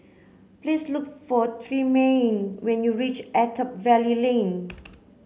please look for Tremayne when you reach Attap Valley Lane